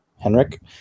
Henrik